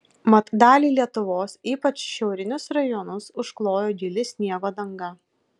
mat dalį lietuvos ypač šiaurinius rajonus užklojo gili sniego danga